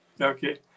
okay